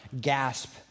gasp